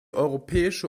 europäische